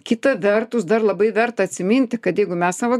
kita vertus dar labai verta atsiminti kad jeigu mes savo